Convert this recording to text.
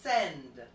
Send